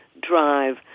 drive